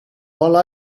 while